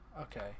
Okay